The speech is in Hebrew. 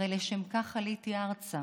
הרי לשם כך עליתי ארצה,